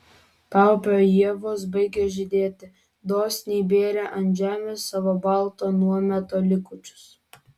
paupio ievos baigė žydėti dosniai bėrė ant žemės savo balto nuometo likučius